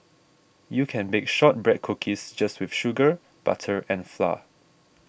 you can bake Shortbread Cookies just with sugar butter and flour